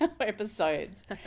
Episodes